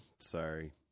sorry